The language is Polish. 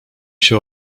się